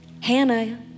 Hannah